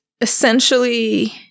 essentially